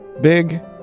Big